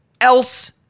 else